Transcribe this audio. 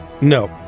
no